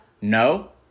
No